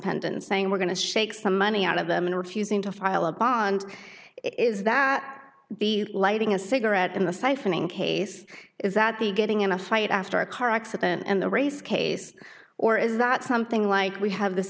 pendants saying we're going to shake some money out of them and refusing to file a bond is that the lighting a cigarette in the siphoning case is that the getting in a fight after a car accident and the race case or is that something like we have this